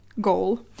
goal